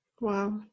Wow